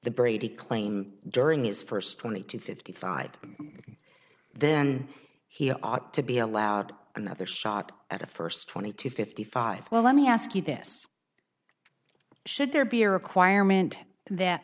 the brady claim during his first twenty two fifty five then he ought to be allowed another shot at a first twenty to fifty five well let me ask you this should there be a requirement that